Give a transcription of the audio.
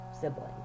sibling